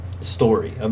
story